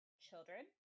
children